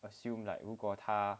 assume like 如果他